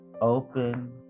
open